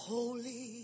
Holy